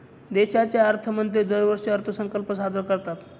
देशाचे अर्थमंत्री दरवर्षी अर्थसंकल्प सादर करतात